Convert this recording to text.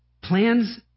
plans